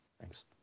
thanks